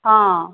हाँ